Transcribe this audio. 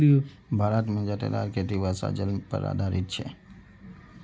भारत मे जादेतर खेती वर्षा जल पर आधारित छै